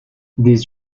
des